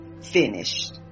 finished